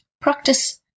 practice